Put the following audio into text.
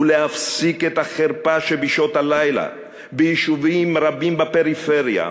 ולהפסיק את החרפה שבשעות הלילה ביישובים רבים בפריפריה,